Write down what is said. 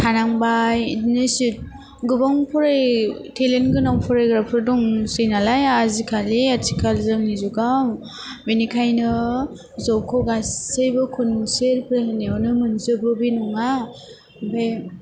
थानांबाय इदिनो गोबांन थेलेन गोनां फरायग्राफोर दंसै नालाइ आजिखालि आथिखाल जोंनि जुगाव बेनिखायनो जबखौ गासैबो खुनसे एफ्लाइ होनायावनो मोनजोबो बे नङा ओमफाय